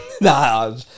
nah